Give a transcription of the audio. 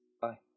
Bye